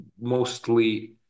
mostly